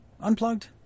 Unplugged